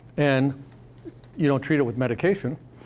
and you don't treat it with medication.